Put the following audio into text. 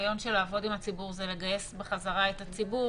הרעיון של לעבוד עם הציבור זה לגייס בחזרה את הציבור.